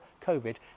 COVID